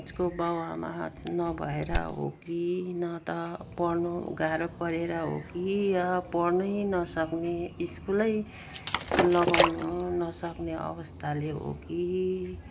उसको बाबुआमा नभएर हो कि न त पढ्नु गाह्रो परेर हो कि या पढ्नै नसक्ने स्कुलै लगाउनु नसक्ने अवस्थाले हो कि